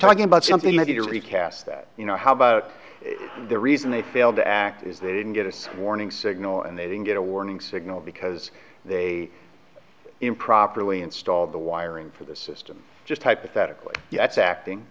talking about something that you can recast that you know how about the reason they failed to act is they didn't get a say warning signal and they didn't get a warning signal because they improperly installed the wiring for the system just hypothetically it's acting